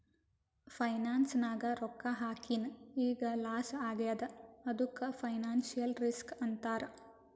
finance ನಾಗ್ ರೊಕ್ಕಾ ಹಾಕಿನ್ ಈಗ್ ಲಾಸ್ ಆಗ್ಯಾದ್ ಅದ್ದುಕ್ ಫೈನಾನ್ಸಿಯಲ್ ರಿಸ್ಕ್ ಅಂತಾರ್